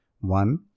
One